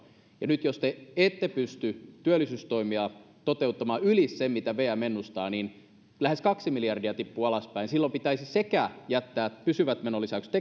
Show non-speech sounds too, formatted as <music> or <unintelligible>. ja nyt jos te ette pysty työllisyystoimia toteuttamaan yli sen mitä vm ennustaa niin lähes kaksi miljardia tippuu alaspäin silloin pitäisi sekä jättää pysyvät menolisäykset <unintelligible>